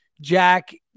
Jack